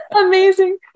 amazing